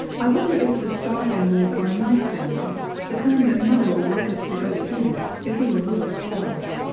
i wonder if the star families are nice families the kind that mother would like us to go to tea with, if we were little stars?